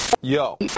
yo